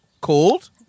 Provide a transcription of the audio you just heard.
Called